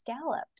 scalloped